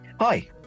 Hi